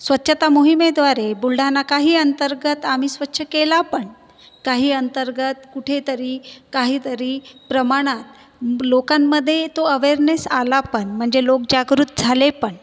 स्वच्छता मोहिमेद्वारे बुलढाणा काही अंतर्गत आम्ही स्वच्छ केला पण काही अंतर्गत कुठे तरी काही तरी प्रमाणात लोकांमध्ये तो अवेयरनेस आला पण म्हणजे लोक जागृत झाले पण